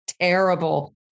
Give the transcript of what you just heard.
terrible